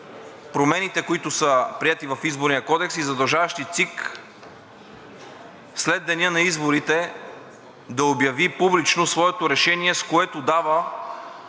промените, които са приети в Изборния кодекс и задължаващи ЦИК след деня на изборите да обяви публично своето решение, с което дава